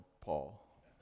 Paul